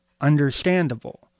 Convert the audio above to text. understandable